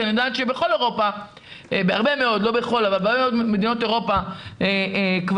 כי אני יודעת שבהרבה מאוד ממדינות אירופה כבר